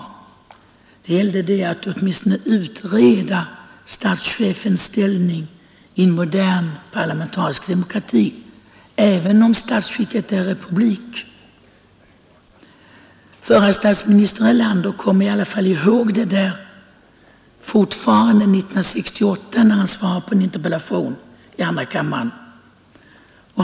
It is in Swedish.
Motionen gällde att man skulle åtminstone utreda statschefens ställning i en modern parlamentarisk demokrati, även om statsskicket är republik. Förre statsministern Erlander kom i alla fall ihåg det där ännu 1968, när han svarade på en interpellation i andra kammaren.